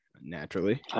naturally